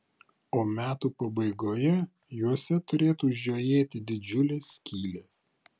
o metų pabaigoje juose turėtų žiojėti didžiulės skylės